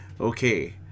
Okay